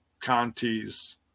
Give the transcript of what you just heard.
Conti's